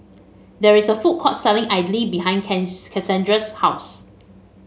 there is a food court selling idly behind Kassandra's house